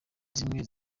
zimwe